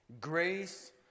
grace